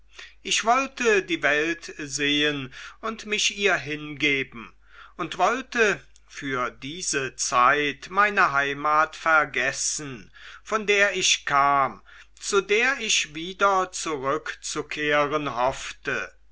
ich wollte die welt sehen und mich ihr hingeben und wollte für diese zeit meine heimat vergessen von der ich kam zu der ich wieder zurückzukehren hoffte